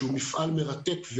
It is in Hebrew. שהוא מפעל מרתק,